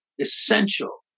essential